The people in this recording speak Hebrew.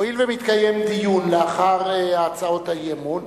הואיל ומתקיים דיון לאחר הצעות האי-אמון,